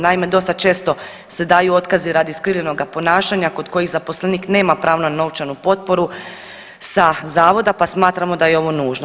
Naime, dosta često se daju otkazi radi skrivenoga ponašanja kod kojih zaposlenik nema pravno-novčanu potporu sa Zavoda, pa smatramo da je ovo nužno.